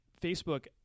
Facebook